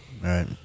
Right